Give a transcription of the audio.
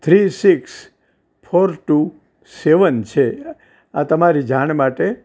three six four two seven છે આ તમારી જાણ માટે